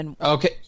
Okay